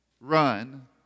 run